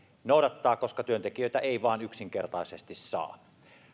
noudattaa koska työntekijöitä ei vain yksinkertaisesti saa